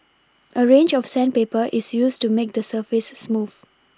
a range of sandpaper is used to make the surface smooth